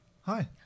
Hi